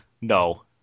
No